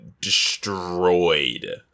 destroyed